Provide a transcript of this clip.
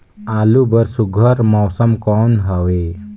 आलू बर सुघ्घर मौसम कौन हवे?